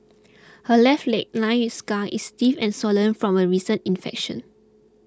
her left leg lined with scars is stiff and swollen from a recent infection